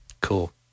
Cool